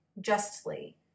justly